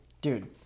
Dude